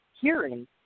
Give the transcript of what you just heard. hearing